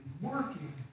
working